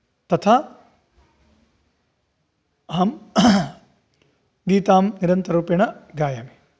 तथा अहं गीतां निरन्तररूपेण गायामि